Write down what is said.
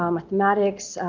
um mathematics,